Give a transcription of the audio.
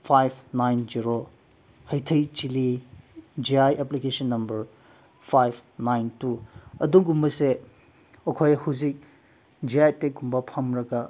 five nine zero ꯍꯩꯊꯩ ꯆꯤꯜꯂꯦ G I application number five nine two ꯑꯗꯨꯒꯨꯝꯕꯁꯦ ꯑꯩꯈꯣꯏ ꯍꯧꯖꯤꯛ ꯖꯤ ꯑꯥꯏ ꯇꯦꯛꯀꯨꯝꯕ ꯐꯪꯔꯒ